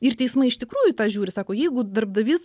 ir teismai iš tikrųjų į tą žiūri sako jeigu darbdavys